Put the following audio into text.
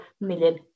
million